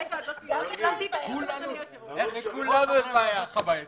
כולנו בעייתיים.